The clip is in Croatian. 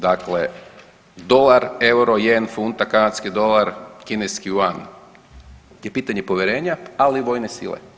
Dakle, dolar, euro, jen, funta, kanadski dolar, kineski juan je pitanje povjerenja, ali i vojne sile.